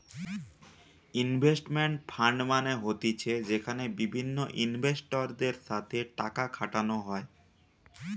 investment fund মানে হতিছে যেখানে বিভিন্ন ইনভেস্টরদের সাথে টাকা খাটানো হয়